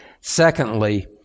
Secondly